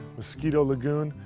mosquito lagoon,